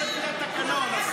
אין התנגדות, אין התנגדות.